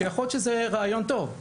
שיכול להיות שזה רעיון טוב,